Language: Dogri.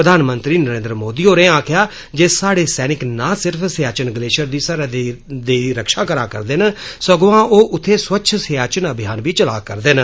प्रधानमंत्री नरेंद्र मोदी होरें आक्खेआ ऐ जे स्हादे सैनिक ना सिर्फ सियाचिन ग्लेशियर दी सरहदें दी रक्षा करा करदे न सगुआं ओह उत्थे स्वच्छ सियाचिन अभियान बी चला करदे न